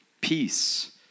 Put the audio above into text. peace